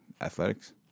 athletics